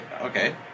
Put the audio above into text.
Okay